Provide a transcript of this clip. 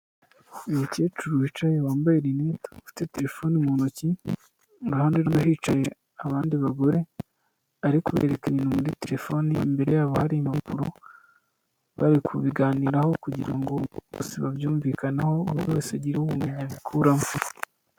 Umukecuru wicaye wambaye rinete afite telefoni mu ntoki, iruhande rwe hicaye abandi bagore, ari kwerekana ibintu muri telefoni, imbere yabo hari impapuro bari kubiganiraho, kugira ngo bose babyumvikaneho buri umwe wese agire ubumenyi abikuramo.